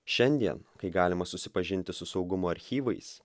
šiandien kai galima susipažinti su saugumo archyvais